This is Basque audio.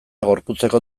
gorputzeko